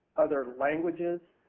other languages.